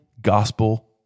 gospel